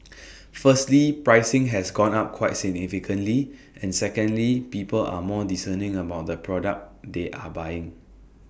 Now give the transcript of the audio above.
firstly pricing has gone up quite significantly and secondly people are more discerning about the product they are buying